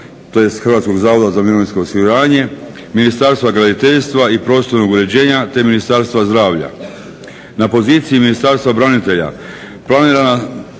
i mirovinskog sustava tj. HZMO-a, Ministarstva graditeljstva i prostornog uređenje, te Ministarstva zdravlja. Na poziciji Ministarstva branitelja planirana